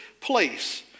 place